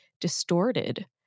distorted